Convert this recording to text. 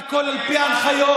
והכול על פי ההנחיות.